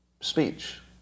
speech